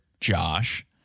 Josh